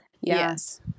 Yes